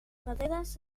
pedreres